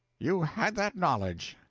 you had that knowledge!